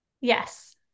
Yes